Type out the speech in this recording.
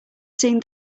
seen